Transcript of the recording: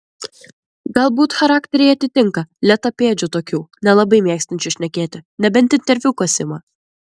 galbūt charakteriai atitinka lėtapėdžių tokių nelabai mėgstančių šnekėti nebent interviu kas ima